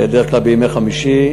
בדרך כלל בימי חמישי,